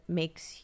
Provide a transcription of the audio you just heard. makes